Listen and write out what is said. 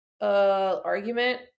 argument